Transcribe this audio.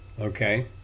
Okay